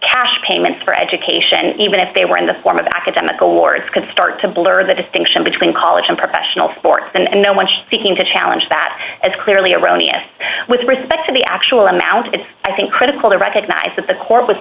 cash payments for education even if they were in the form of academic awards could start to blur the distinction between college and professional sports and no one seeking to challenge that is clearly erroneous with respect to the actual amount it's i think critical to recognize that the co